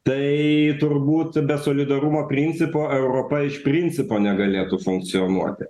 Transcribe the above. tai turbūt be solidarumo principo europa iš principo negalėtų funkcionuoti